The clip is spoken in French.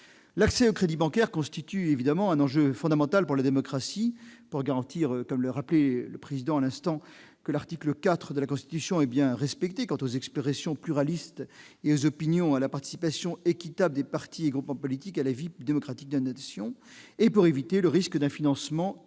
L'accès au crédit bancaire constitue évidemment un enjeu fondamental pour la démocratie, afin de garantir, comme le rappelait M. le rapporteur à l'instant, que l'article 4 de la Constitution est bien respecté concernant « les expressions pluralistes des opinions et la participation équitable des partis et groupements politiques à la vie démocratique de la Nation », et pour éviter le risque d'un financement opportun